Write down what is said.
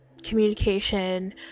communication